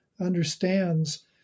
understands